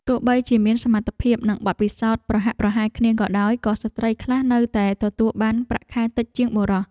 ទោះបីជាមានសមត្ថភាពនិងបទពិសោធន៍ប្រហាក់ប្រហែលគ្នាក៏ដោយក៏ស្ត្រីខ្លះនៅតែទទួលបានប្រាក់ខែតិចជាងបុរស។